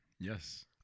Yes